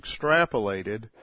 extrapolated